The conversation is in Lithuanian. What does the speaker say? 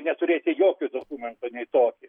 neturėti jokio dokumento nei tokį